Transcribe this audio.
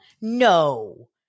No